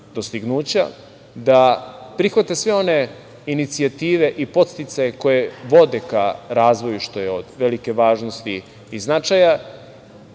da prihvate sve one inicijative i podsticaje koje vode ka razvoju, što je od velike važnosti i značaja,